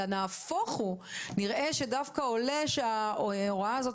אלא נהפוך הוא - נראה שדווקא עולה שההוראה הזאת